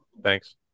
Thanks